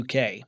UK